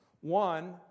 One